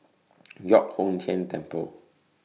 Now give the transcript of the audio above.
Giok Hong Tian Temple